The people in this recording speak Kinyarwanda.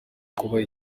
kubaha